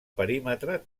perímetre